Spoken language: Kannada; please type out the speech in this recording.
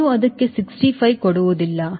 ನೀವು ಅದಕ್ಕೆ 65 ಕೊಡುವುದಿಲ್ಲ